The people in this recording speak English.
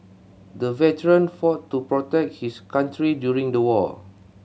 the veteran fought to protect his country during the war